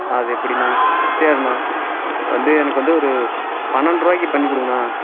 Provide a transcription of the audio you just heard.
அது எப்படிண்ணா சரிணா வந்து எனக்கு வந்து ஒரு பன்னெண்டு ரூபாய்க்கு பண்ணிக்கொடுங்கண்ணா